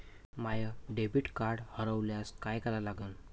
माय debit card हरोल्यास काय करा लागन?